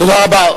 תודה רבה.